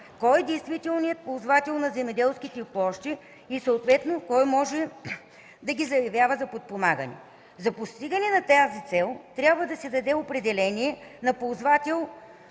кой е действителният ползвател на земеделските площи и съответно, кой може да ги заявява за подпомагане. За постигане на тази цел трябва да се даде определение на ползвател